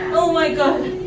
oh my god,